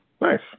Nice